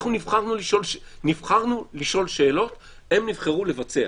אנחנו נבחרנו לשאול שאלות, הם נבחרו לבצע.